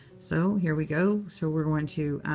so here we go. so we're going to